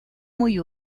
muy